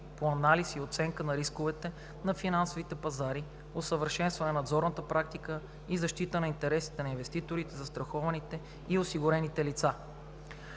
по анализ и оценка на рисковете на финансовите пазари, усъвършенстване на надзорната практика и защита на интересите на инвеститорите, застрахованите и осигурените лица.